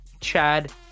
chad